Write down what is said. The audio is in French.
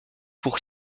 pour